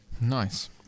Nice